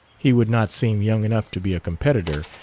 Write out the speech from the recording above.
he would not seem young enough to be a competitor,